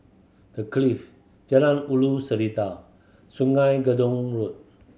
The Clift Jalan Ulu Seletar Sungei Gedong Road